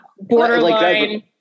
borderline